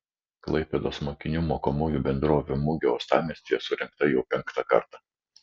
klaipėdos mokinių mokomųjų bendrovių mugė uostamiestyje surengta jau penktą kartą